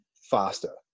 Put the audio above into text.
faster